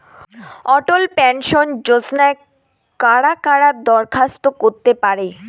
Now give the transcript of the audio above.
অটল pension যোজনায় কারা কারা দরখাস্ত করতে পারে?